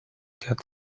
cat